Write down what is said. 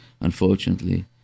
Unfortunately